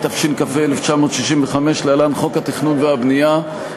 התשכ"ה 1965 (להלן: חוק התכנון והבנייה),